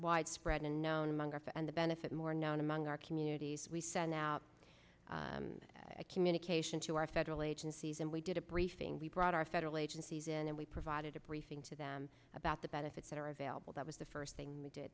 widespread and known mongers and the benefit more known among our communities we sent out a communication to our federal agencies and we did a briefing we brought our federal agencies in and we provided a briefing to them about the benefits that are available that was the first thing they did